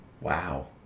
Wow